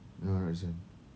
no not this [one]